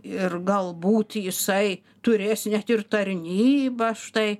ir galbūt jisai turės net ir tarnybą štai